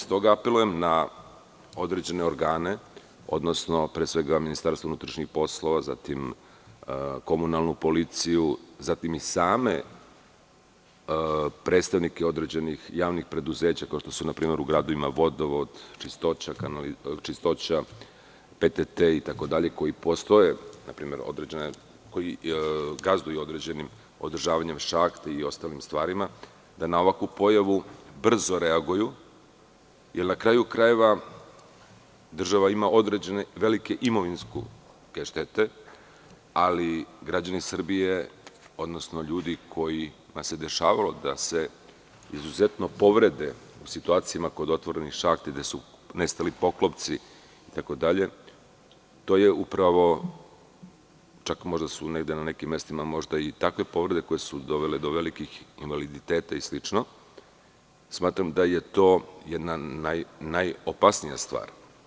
Stoga apelujem na određene organe, pre svega na MUP, zatim na komunalnu policiju, zatim i same predstavnike određenih javnih preduzeća, kao što je na primer vodovod, čistoća, PTT itd, koji gazduju određenim održavanjem šahti i ostalim stvarima, da na ovakvu pojavu brzo reaguju, jer, na kraju krajeva, država ima velike imovinske štete, ali građanima Srbije, odnosno ljudima kojima se dešavalo da se izuzetno povrede u situacijama kod otvorenih šahti gde su nestali poklopci itd, čak su na nekim mestima i takve povrede koje su dovele do velikih invaliditeta i slično, to je jedna najopasnija stvar.